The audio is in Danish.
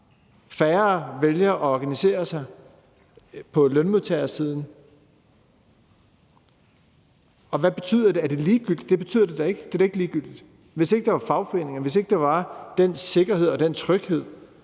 færre vælger at organisere sig på lønmodtagersiden, og hvad betyder det? Betyder det, at det er ligegyldigt? Nej, det betyder da ikke, at det er ligegyldigt. Hvis ikke der var fagforeninger, hvis ikke der var den sikkerhed og den tryghed,